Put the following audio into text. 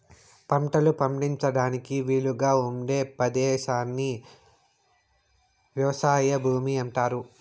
పంటలు పండించడానికి వీలుగా ఉండే పదేశాన్ని వ్యవసాయ భూమి అంటారు